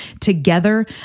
together